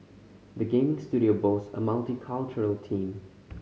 the gaming studio boasts a multicultural team